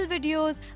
videos